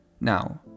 Now